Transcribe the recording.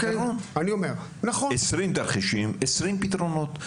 20 תרחישים 20 פתרונות.